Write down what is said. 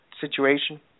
situation